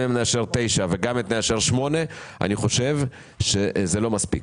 תשע או שמונה אני חושב שזה לא מספיק.